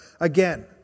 again